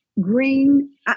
green